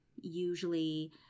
usually